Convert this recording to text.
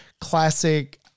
classic